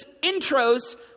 intros